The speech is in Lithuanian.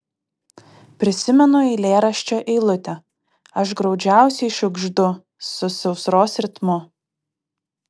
prisimenu eilėraščio eilutę aš graudžiausiai šiugždu su sausros ritmu